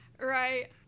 Right